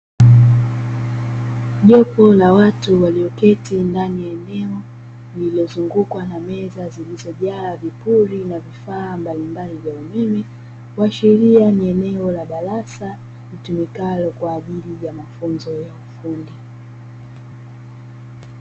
Jopo la watu walioketi ndani ya eneo lililozungukwa na meza zilizojaa vipuri na vifaa mbalimbali vya umeme, kuashiria ni eneo la darasa litumikalo kwa ajili ya mafunzo ya ufundi.